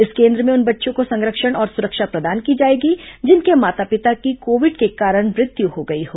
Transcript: इस केन्द्र में उन बच्चों को संरक्षण और सुरक्षा प्रदान की जाएगी जिनके माता पिता की कोविड के कारण मृत्यु हो गई है